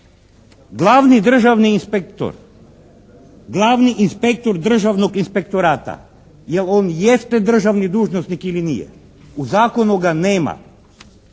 Glavni državni inspektor, glavni inspektor Državnog inspektorata, je li on jeste državni dužnosnik ili nije? U zakonu ga nema.